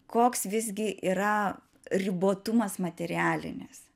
koks visgi yra ribotumas materialinis